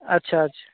ଆଚ୍ଛା ଆଚ୍ଛା